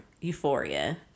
Euphoria